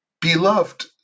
beloved